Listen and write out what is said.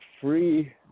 free